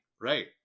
right